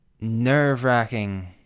nerve-wracking